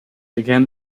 again